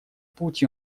путь